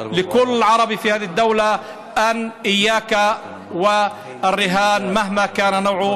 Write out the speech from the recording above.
תושב ערבי במדינה הזאת: הישמר לך מכל סוג של משחקי מזל,